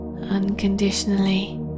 unconditionally